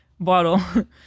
bottle